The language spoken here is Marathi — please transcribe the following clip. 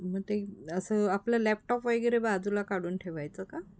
मग ते असं आपलं लॅपटॉप वगैरे बाजूला काढून ठेवायचं का